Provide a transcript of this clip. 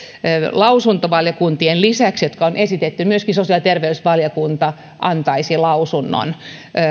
lausuntovaliokuntien lisäksi jotka on esitetty myöskin sosiaali ja terveysvaliokunta antaisi lausunnon